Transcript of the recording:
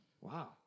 Wow